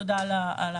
תודה על הדיוק